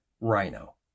rhino